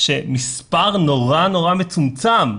שמספר נורא נורא מצומצם,